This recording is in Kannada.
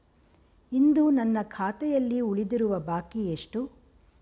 ಇಂದು ನನ್ನ ಖಾತೆಯಲ್ಲಿ ಉಳಿದಿರುವ ಬಾಕಿ ಎಷ್ಟು?